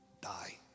die